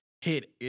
hit